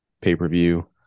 pay-per-view